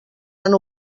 han